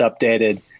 updated